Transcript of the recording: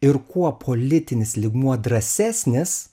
ir kuo politinis lygmuo drąsesnis